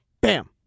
bam